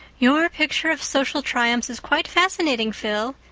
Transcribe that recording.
your picture of social triumphs is quite fascinating, phil,